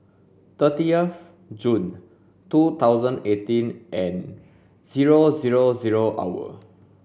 thirteenth June two thousand eighteen and zero zero zero hour